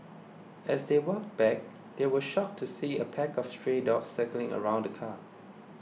as they walked back they were shocked to see a pack of stray dogs circling around the car